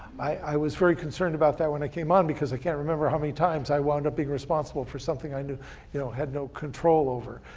i was very concerned about that when i came on, because i can't remember how many times i wound up being responsible for something i you know had no control over.